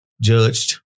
Judged